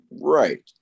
Right